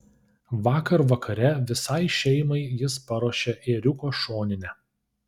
vakar vakare visai šeimai jis paruošė ėriuko šoninę